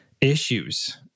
issues